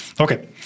Okay